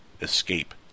escape